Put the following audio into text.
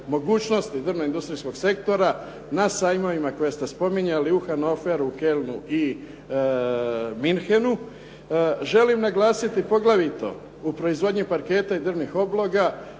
mogućnosti drvno industrijskog sektora na sajmovima koje ste spomenuli u Hannoveru, Kölnu i Münchenu. Želim naglasiti poglavito u proizvodnji parketa i drvnih podloga